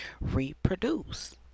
reproduce